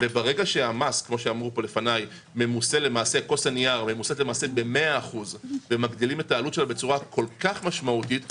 ברגע שכוס הנייר ממוסה ב-100% ומגדילים את עלותה בצורה כל כך משמעותית,